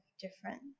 different